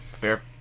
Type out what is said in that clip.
Fair